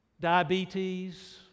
diabetes